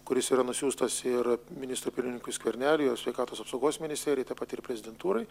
kuris yra nusiųstas ir ministrui pirmininkui skverneliui ir sveikatos apsaugos ministerijai taip pat ir prezidentūrai